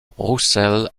roussel